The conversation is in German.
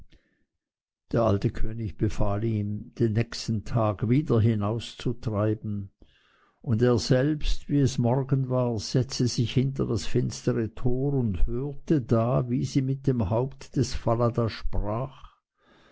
der alte könig befahl ihm den nächsten tag wieder hinauszutreiben und er selbst wie es morgen war setzte sich hinter das finstere tor und hörte da wie sie mit dem haupt des falada sprach